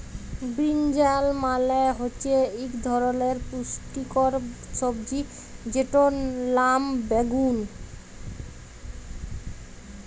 বিরিনজাল মালে হচ্যে ইক ধরলের পুষ্টিকর সবজি যেটর লাম বাগ্যুন